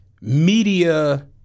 media